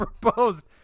proposed